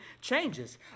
changes